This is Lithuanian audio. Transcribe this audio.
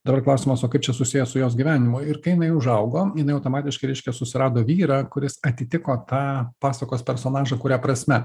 dabar klausimas o kaip čia susiję su jos gyvenimu ir kai jinai užaugo jinai automatiškai reiškia susirado vyrą kuris atitiko tą pasakos personažą kuria prasme